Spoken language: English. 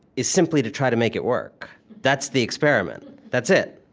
is simply to try to make it work that's the experiment. that's it.